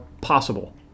possible